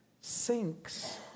sinks